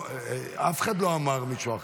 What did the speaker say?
אף אחד לא אמר משהו אחר,